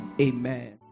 Amen